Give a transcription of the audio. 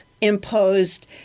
imposed